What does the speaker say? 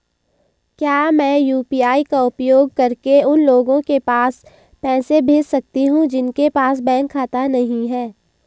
क्या मैं यू.पी.आई का उपयोग करके उन लोगों के पास पैसे भेज सकती हूँ जिनके पास बैंक खाता नहीं है?